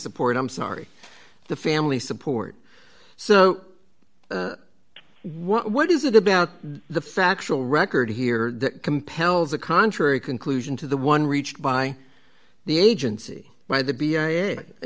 support i'm sorry the family support so what is it about the factual record here that compels a contrary conclusion to the one reached by the agency by the